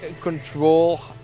control